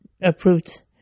approved